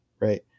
right